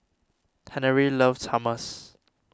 Henery loves Hummus